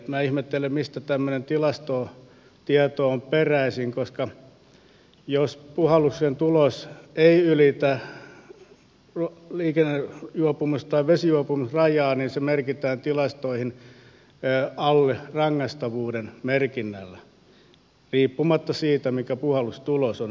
minä ihmettelen mistä tämmöinen tilastotieto on peräisin koska jos puhalluksen tulos ei ylitä liikennejuopumus tai vesijuopumusrajaa niin se merkitään tilastoihin alle rangaistavuuden merkinnällä riippumatta siitä mikä puhallustulos on